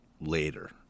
later